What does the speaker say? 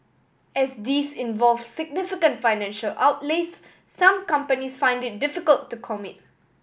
as these involve significant financial outlays some companies find it difficult to commit